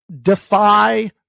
defy